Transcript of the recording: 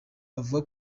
avuga